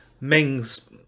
Mings